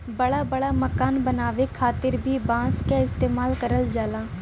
बड़ा बड़ा मकान बनावे खातिर भी बांस क इस्तेमाल करल जाला